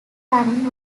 running